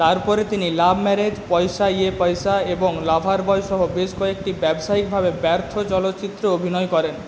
তারপরে তিনি love marriage Paisa ye Paisa এবং লাভার বয়সহ বেশ কয়েকটি ব্যবসায়িকভাবে ব্যর্থ চলচ্চিত্রে অভিনয় করেন